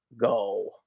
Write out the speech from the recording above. go